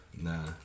Nah